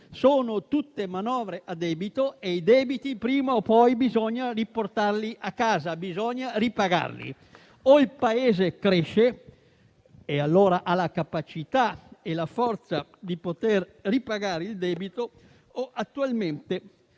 sono tutte manovre a debito e i debiti, prima o poi, bisogna riportarli a casa e ripagarli. O il Paese cresce, e allora ha la capacità e la forza di poter ripagare il debito, o attualmente